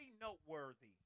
noteworthy